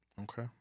okay